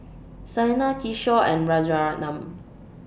Saina Kishore and Rajaratnam